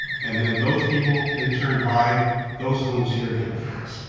and then those people in turn buy those homes here in niagara falls.